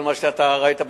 כל מה שאתה הראית בנתונים,